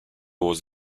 was